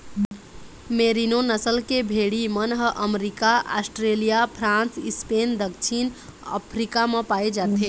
मेरिनों नसल के भेड़ी मन ह अमरिका, आस्ट्रेलिया, फ्रांस, स्पेन, दक्छिन अफ्रीका म पाए जाथे